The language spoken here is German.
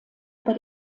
über